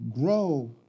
grow